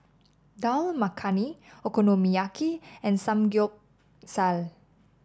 Dal Makhani Okonomiyaki and Samgeyopsal